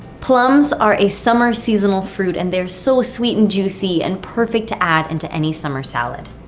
plums are a summer seasonal fruit, and they're so sweet and juicy and perfect to add into any summer salad.